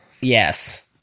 Yes